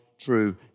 true